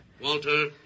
Walter